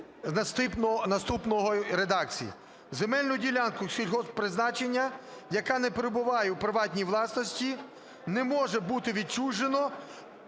наступної редакції: